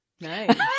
Nice